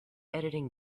editing